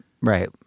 right